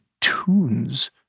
tunes